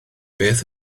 beth